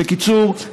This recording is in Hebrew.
בקיצור,